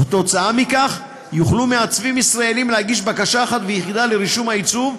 ועקב כך יוכלו מעצבים ישראלים להגיש בקשה אחת ויחידה לרישום העיצוב,